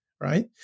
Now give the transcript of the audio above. right